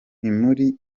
ntimuri